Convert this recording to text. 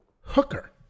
Hooker